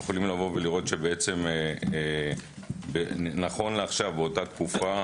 אתם יכולים לראות שנכון לעכשיו באותה תקופה,